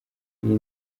iyi